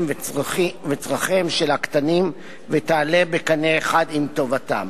וצורכיהם של הקטינים ותעלה בקנה אחד עם טובתם.